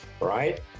right